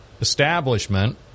establishment